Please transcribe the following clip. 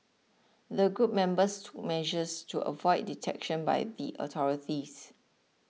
the group members took measures to avoid detection by the authorities